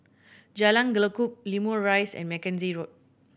Jalan Lekub Limau Rise and Mackenzie Road